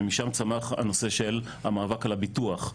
משם צמח הנושא של המאבק על הביטוח,